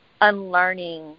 unlearning